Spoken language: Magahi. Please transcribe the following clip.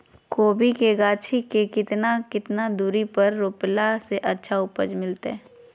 कोबी के गाछी के कितना कितना दूरी पर रोपला से अच्छा उपज मिलतैय?